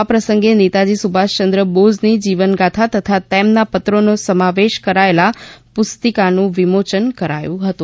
આ પ્રસંગે નેતાજી સુભાષચંદ્ર બોઝની જીવનગાથા તથા તેમના પત્રોને સમાવેશ કરાયેલ પુસ્તિકાનું વિમોચન કરાયું હતું